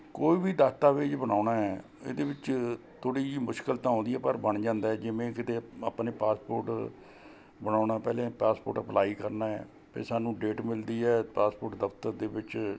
ਕੋਈ ਵੀ ਦਸਤਾਵੇਜ਼ ਬਣਾਉਣਾ ਹੈ ਇਹਦੇ ਵਿੱਚ ਥੋੜ੍ਹੀ ਜਿਹੀ ਮੁਸ਼ਕਿਲ ਤਾਂ ਆਉਂਦੀ ਹੈ ਪਰ ਬਣ ਜਾਂਦਾ ਜਿਵੇਂ ਕਿਤੇ ਆਪਾਂ ਨੇ ਪਾਸਪੋਰਟ ਬਣਾਉਣਾ ਪਹਿਲੇ ਪਾਸਪੋਰਟ ਐਪਲਾਈ ਕਰਨਾ ਹੈ ਅਤੇ ਸਾਨੂੰ ਡੇਟ ਮਿਲਦੀ ਹੈ ਪਾਸਪੋਰਟ ਦਫਤਰ ਦੇ ਵਿੱਚ